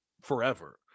forever